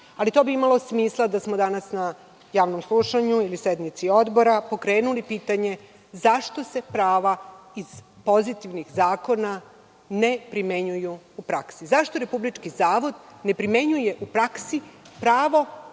ne. To bi imalo smisla da smo danas na javnom slušanju ili sednici odbora pokrenuli pitanje zašto se prava iz pozitivnih zakona ne primenjuju u praksi. Zašto Republički zavod ne primenjuje u praksi pravo